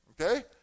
okay